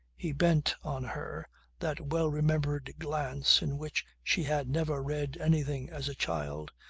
he bent on her that well-remembered glance in which she had never read anything as a child,